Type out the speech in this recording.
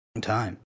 time